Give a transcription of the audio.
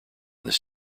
this